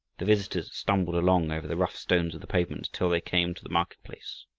the visitors stumbled along over the rough stones of the pavement until they came to the market-place.